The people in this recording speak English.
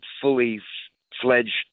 fully-fledged